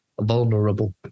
vulnerable